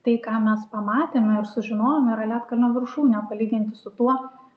tai ką mes pamatėme ir sužinojome yra ledkalnio viršūnė palyginti su tuo